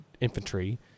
infantry